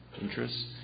interests